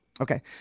Okay